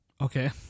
Okay